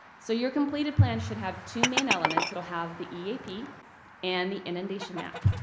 so your completed plan should have two main elements. it'll have the eap and the inundation map.